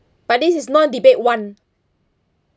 but this is non-debate one